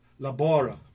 Labora